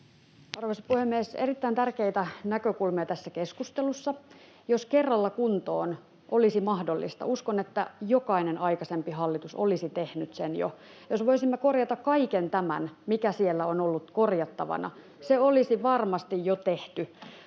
Arvoisa puhemies! Erittäin tärkeitä näkökulmia tässä keskustelussa. Jos ”kerralla kuntoon” olisi mahdollista, uskon, että jokainen aikaisempi hallitus olisi tehnyt sen jo. Jos voisimme korjata kaiken tämän, mikä siellä on ollut korjattavana, [Tom Packalénin